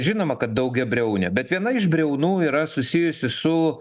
žinoma kad daugiabriaunė bet viena iš briaunų yra susijusi su